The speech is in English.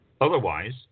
Otherwise